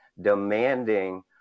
demanding